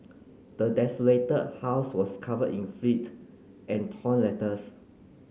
the desolated house was covered in and torn letters